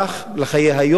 לחיי היום-יום,